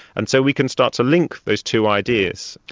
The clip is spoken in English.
and so we can start to link those two ideas.